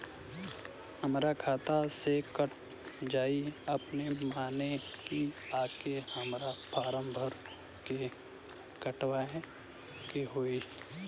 हमरा खाता से कट जायी अपने माने की आके हमरा फारम भर के कटवाए के होई?